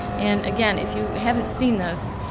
and again, if you haven't seen this,